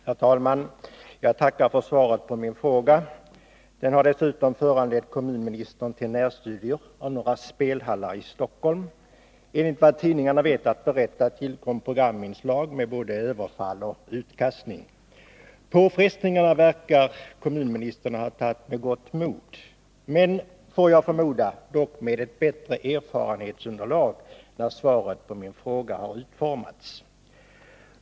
Herr talman! Jag tackar för svaret på min fråga. Den har dessutom föranlett kommunministern till närstudier i några spelhallar i Stockholm. Enligt vad tidningarna vet att berätta tillkom programinslag med både överfall och utkastning. Påfrestningarna verkar kommunministern ha tagit med gott mod, men — får jag förmoda — med ett bättre erfarenhetsunderlag när svaret på min fråga utformats.